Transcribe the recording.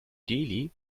delhi